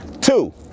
Two